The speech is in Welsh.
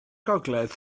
gogledd